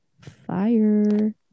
fire